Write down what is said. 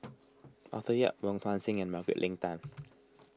Arthur Yap Wong Tuang Seng and Margaret Leng Tan